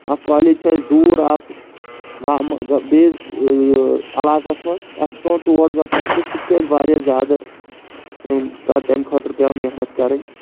اَکھ کالج چھِ اَسہِ دوٗر اَکھ گامہٕ بیٚیِس علاقَس منٛز تہٕ اَسہِ چھِ پٮ۪وان تور گژھُن تہٕ سُہ تہِ چھ اَسہِ واریاہ زیادٕ تَ تَمہِ خٲطرٕ پٮ۪وان محنت کَرٕنۍ